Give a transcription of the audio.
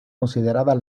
consideradas